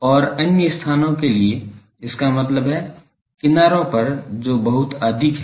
और अन्य स्थानों के लिए इसका मतलब है किनारे पर जो बहुत अधिक है